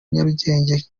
nyarugenge